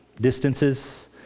distances